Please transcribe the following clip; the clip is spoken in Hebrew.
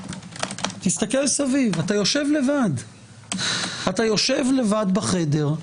אתה יושב לבד בחדר.